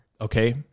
okay